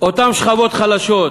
אותן שכבות חלשות.